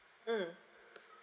mm